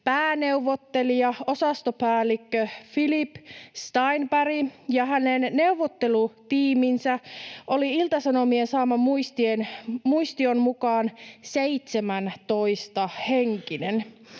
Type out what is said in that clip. pääneuvottelija, osastopäällikkö Philipp Steinberg, ja hänen neuvottelutiiminsä oli Ilta-Sanomien saaman muistion mukaan 17-henkinen.